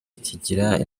kigira